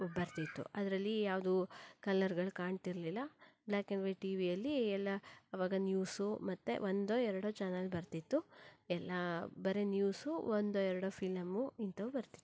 ಬರ್ತಿತ್ತು ಅದರಲ್ಲಿ ಯಾವುದೂ ಕಲ್ಲರ್ಗಳು ಕಾಣ್ತಿರ್ಲಿಲ್ಲ ಬ್ಲ್ಯಾಕ್ ಆ್ಯಂಡ್ ವೈಟ್ ಟಿವಿಯಲ್ಲಿ ಎಲ್ಲ ಆವಾಗ ನ್ಯೂಸ್ ಮತ್ತು ಒಂದೋ ಎರಡೋ ಚಾನಲ್ ಬರ್ತಿತ್ತು ಎಲ್ಲ ಬರೆ ನ್ಯೂಸ್ ಒಂದೋ ಎರಡೋ ಫಿಲಮ್ ಇಂಥವು ಬರ್ತಿತ್ತು